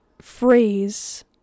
phrase